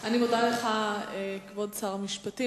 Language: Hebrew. אני מודה לך, כבוד שר המשפטים.